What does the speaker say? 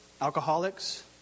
alcoholics